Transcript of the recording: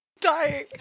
dying